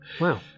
Wow